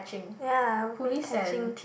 ya I will play catching